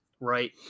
Right